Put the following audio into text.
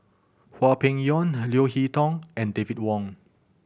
Hwang Peng Yuan Leo Hee Tong and David Wong